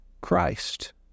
Christ